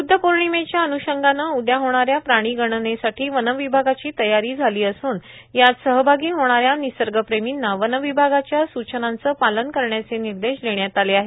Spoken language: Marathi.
बुद्धपौर्णिमेच्या अनुपंगानं उद्या होणाऱ्या प्राणी गणनेसाठी वनविभागाची तयारी झाली असून यात सहभागी होणाऱ्या निसर्गप्रेमींना वनविभागाच्या सूचनांचं पालन करण्याचे निर्देश देण्यात आले आहेत